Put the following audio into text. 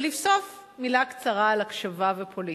לבסוף, מלה קצרה על הקשבה ופוליטיקה,